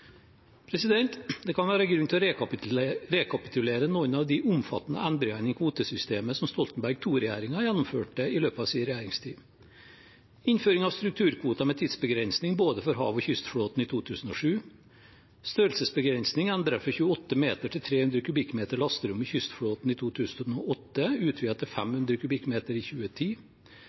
Det kan være grunn til å rekapitulere noen av de omfattende endringene i kvotesystemet som Stoltenberg II-regjeringen gjennomførte i løpet av sin regjeringstid: innføring av strukturkvoter med tidsbegrensning for både hav- og kystflåten i 2007 størrelsesbegrensning endret fra 28 meter til 300 m 3 lasterom i kystflåten i 2008, utvidet til 500 m 3 i 2010